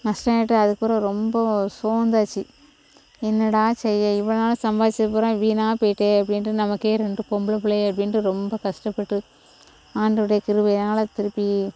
நஷ்டம் ஆகிட்டு அதுக்கப்புறம் ரொம்ப சோந்தாச்சு என்னடா செய்ய இவ்வளவு நாளாக சம்பாரித்தது பூரா வீணாக போயிட்டே அப்படின்ட்டு நமக்கே ரெண்டு பொம்பளை பிள்ளைங்க அப்படின்ட்டு ரொம்ப கஷ்டப்பட்டு ஆண்டவருடைய கிருபையினால் திருப்பி